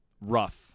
rough